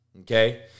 Okay